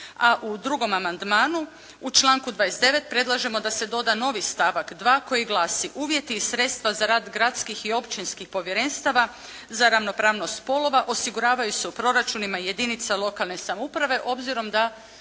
A u drugom amandmanu u članku 29. predlažemo da se doda novi stavak 2. koji glasi: “Uvjeti i sredstva za rad gradskih i općinskih povjerenstava za ravnopravnost spolova osiguravaju se u proračunima jedinica lokalne samouprave, obzirom da